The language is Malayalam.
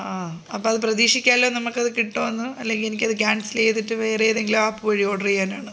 ആ അപ്പോഴത് പ്രതീക്ഷിക്കാമല്ലോ നമ്മൾക്കത് കിട്ടുമെന്ന് അല്ലെങ്കിൽ എനിക്കത് ക്യാൻസൽ ചെയ്തിട്ട് വേറെ ഏതെങ്കിലും ആപ്പ് വഴി ഓർഡർ ചെയ്യാനാണ്